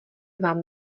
vám